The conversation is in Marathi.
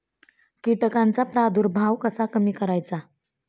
कीटकांचा प्रादुर्भाव कसा कमी करायचा?